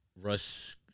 Russ